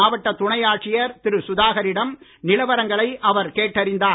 மாவட்ட துணை ஆட்சியர் திரு சுதாகரிடம் நிலவரங்களை அவர் கேட்டறிந்தார்